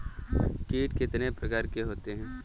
कीट कितने प्रकार के होते हैं?